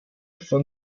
von